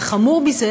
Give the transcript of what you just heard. וחמור מזה,